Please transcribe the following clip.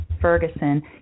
Ferguson